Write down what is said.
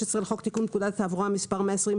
לחוק לתיקון פקודת התעבורה (מס' 120),